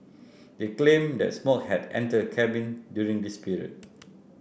they claimed that smoke had entered the cabin during this period